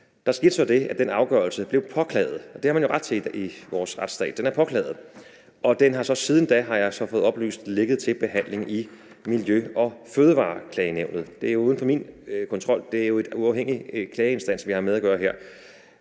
Der skete så det, at den afgørelse blev påklaget. Det har man jo ret til i vores retsstat. Den er påklaget, og den har så siden da, har jeg fået oplyst, ligget til behandling i Miljø- og Fødevareklagenævnet. Det er uden for min kontrol, det er jo en uafhængig klageinstans, vi har med at gøre her.